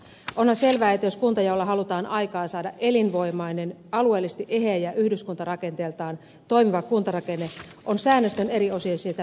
onhan selvää että jos kuntajaolla halutaan aikaansaada elinvoimainen alueellisesti eheä ja yhdyskuntarakenteeltaan toimiva kuntarakenne on säännöstön eri osien sitä pyrkimystä tuettava